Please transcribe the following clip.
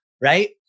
Right